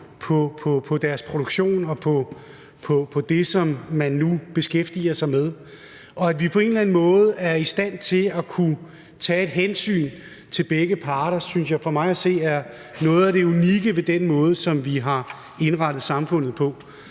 på deres produktion og på det, som de nu beskæftiger sig med. At vi på en eller anden måde er i stand til at kunne tage et hensyn til begge parter, er for mig at se noget af det unikke ved den måde, som vi har indrettet samfundet på.